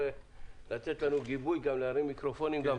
מזל